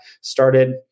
started